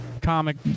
comic